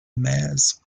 mayors